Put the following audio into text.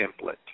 template